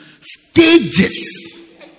stages